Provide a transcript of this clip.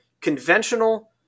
conventional